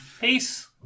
Peace